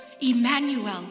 Emmanuel